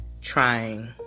trying